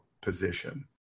position